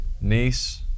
niece